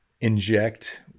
inject